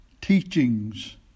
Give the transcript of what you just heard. teachings